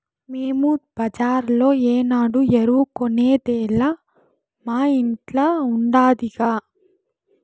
మేము బజార్లో ఏనాడు ఎరువు కొనేదేలా మా ఇంట్ల ఉండాదిగా